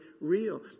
real